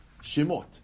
Shemot